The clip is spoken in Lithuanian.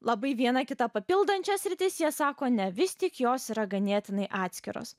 labai vieną kitą papildančias sritis jie sako ne vis tik jos yra ganėtinai atskiros